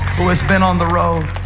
who has been on the road.